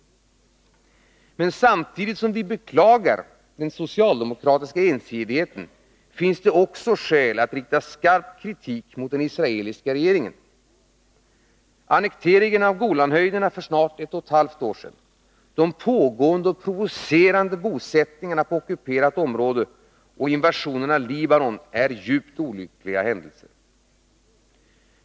Men samtidigt som vi beklagar den socialdemokratiska ensidigheten finns det också skäl att rikta skarp kritik mot den israeliska regeringen. Annekteringen av Golanhöjderna för snart ett och ett halvt år sedan, de pågående och provocerande bosättningarna på ockuperat område och invasionen av Libanon är djupt olyckliga händelser.